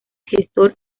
gestor